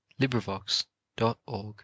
LibriVox.org